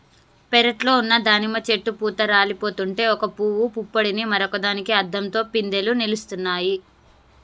పెరట్లో ఉన్న దానిమ్మ చెట్టు పూత రాలిపోతుంటే ఒక పూవు పుప్పొడిని మరొక దానికి అద్దంతో పిందెలు నిలుస్తున్నాయి